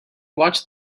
watched